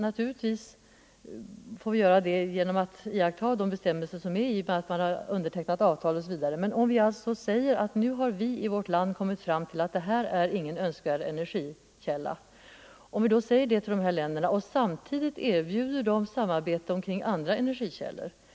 Naturligtvis får vi iaktta de bestämmelser som finns i undertecknade avtal osv. Antag att vi säger till dessa länder att nu har vi i vårt land kommit fram till att det här är ingen önskvärd energikälla och att vi samtidigt erbjuder samarbete kring andra energikällor.